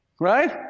Right